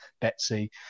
Betsy